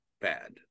bad